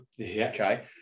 okay